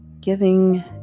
Giving